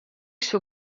soe